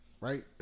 Right